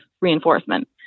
reinforcement